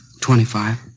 Twenty-five